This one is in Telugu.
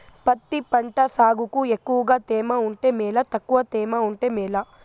పత్తి పంట సాగుకు ఎక్కువగా తేమ ఉంటే మేలా తక్కువ తేమ ఉంటే మేలా?